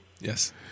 Yes